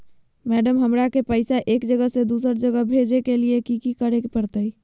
Madam, हमरा के पैसा एक जगह से दुसर जगह भेजे के लिए की की करे परते?